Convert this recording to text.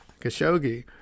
Khashoggi